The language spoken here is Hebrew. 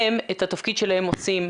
הם את התפקיד שלהם עושים,